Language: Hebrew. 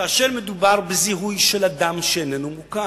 כאשר מדובר בזיהוי אדם שאיננו מוכר,